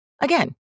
Again